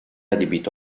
adibito